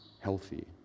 healthy